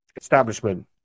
establishment